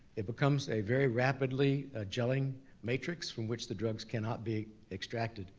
it becomes a very rapidly gelling matrix from which the drugs cannot be extracted.